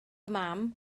mam